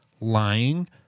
lying